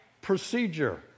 procedure